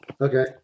okay